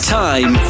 time